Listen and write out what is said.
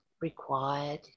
required